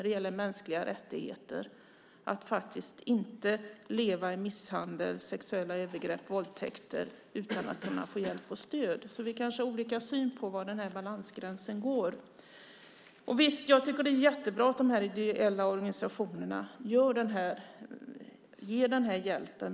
Det är en mänsklig rättighet att inte behöva leva med misshandel, sexuella övergrepp eller våldtäkt utan att få hjälp och stöd. Vi kanske har olika syn på var balansgränsen går. Visst tycker jag att det är jättebra att de ideella organisationerna ger den här hjälpen.